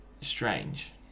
strange